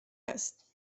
است